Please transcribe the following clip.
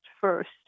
first